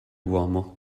uomo